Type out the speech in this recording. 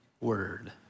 word